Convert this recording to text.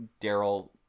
daryl